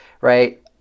right